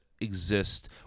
exist